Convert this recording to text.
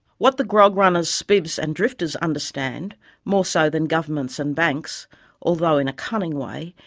what the grog runners, spivs and drifters understand more so than governments and banks although, in cunning way,